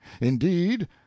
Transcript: indeed